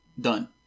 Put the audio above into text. Done